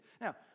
Now